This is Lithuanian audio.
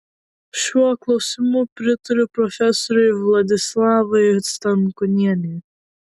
šiuo klausimu pritariu profesorei vladislavai stankūnienei